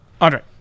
Andre